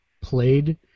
played